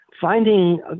finding